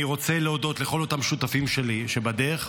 אני רוצה להודות לכל אותם שותפים שלי לדרך,